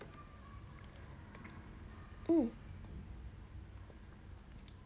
um